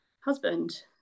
husband